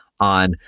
on